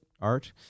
art